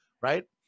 right